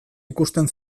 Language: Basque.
ikusten